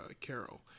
Carol